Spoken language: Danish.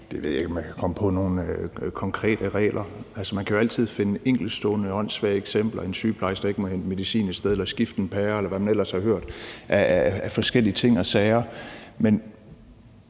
Jeg ved ikke, om jeg kan komme på nogle konkrete regler. Altså, man kan jo altid finde enkeltstående åndssvage eksempler. Det kan være en sygeplejerske, der ikke må hente medicin et sted eller skifte en pære, eller hvad man ellers har hørt af forskellige ting og sager.